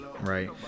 Right